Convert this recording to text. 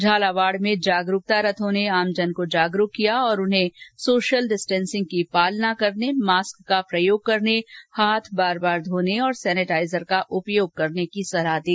झालाबाड़ में जागरूकता रथो ने आमजन को जागरूक किया और उन्हें सोशल डिस्टेंसिंग की पालना करने मॉस्क का प्रयोग करने हाथ बार बार धोने और सेनिटाइजर का उपयोग करने की सलाह दी